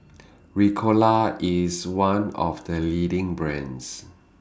Ricola IS one of The leading brands